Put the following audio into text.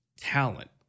talent